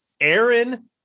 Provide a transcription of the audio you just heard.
Aaron